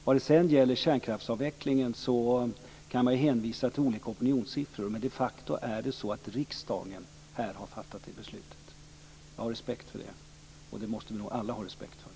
När det sedan gäller kärnkraftsavvecklingen kan man ju hänvisa till olika opinionssiffror. Men de facto är det så att riksdagen här har fattat det beslutet. Jag har respekt för det, och det måste vi nog alla ha respekt för.